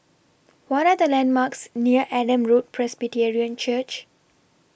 What Are The landmarks near Adam Road Presbyterian Church